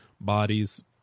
bodies